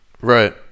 Right